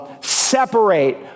separate